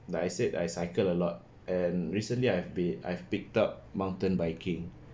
like I said I cycle a lot and recently I've been I've picked up mountain biking